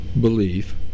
belief